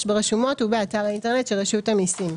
ברשומות ובאתר האינטרנט של רשות המסים.